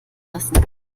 lassen